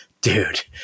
dude